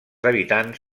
habitants